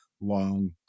long